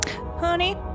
Honey